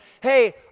hey